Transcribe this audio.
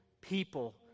people